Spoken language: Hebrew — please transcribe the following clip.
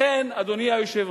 לכן, אדוני היושב-ראש,